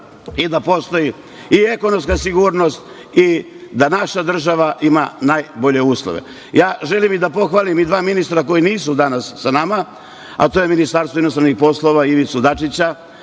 i da postoji i ekonomska sigurnost i da naša država ima najbolje uslove. Ja želim i da pohvalim i dva ministra koji nisu danas sa nama, a to je Ministarstvo inostranih poslova Ivice Dačića,